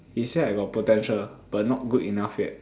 he say I got potential but not good enough yet